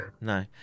No